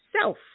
self